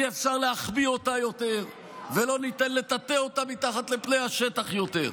אי-אפשר להחביא אותה יותר ולא ניתן לטאטא אותה מתחת לפני השטח יותר.